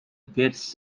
built